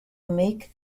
make